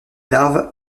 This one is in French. larves